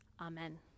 amen